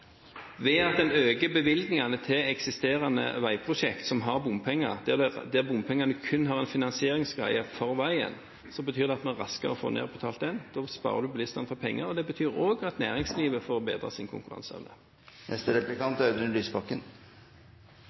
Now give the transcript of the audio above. Ved at en øker bevilgningene til eksisterende veiprosjekt som har bompenger, der bompengene kun er til finansiering av veien, betyr det at man får nedbetalt den raskere. Da sparer man bilistene for penger. Det betyr også at næringslivet forbedrer sin